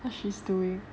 what she is doing